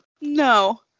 No